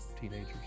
teenagers